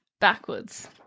backwards